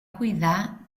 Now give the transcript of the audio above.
cuidar